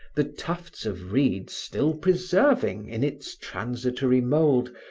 the tufts of reeds still preserving, in its transitory mould,